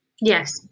Yes